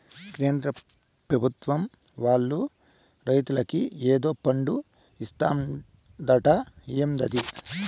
కేంద్ర పెభుత్వం వాళ్ళు రైతులకి ఏదో ఫండు ఇత్తందట ఏందది